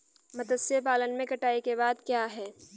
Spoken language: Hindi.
मत्स्य पालन में कटाई के बाद क्या है?